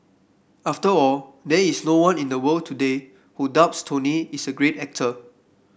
after all there is no one in the world today who doubts Tony is a great actor